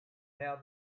how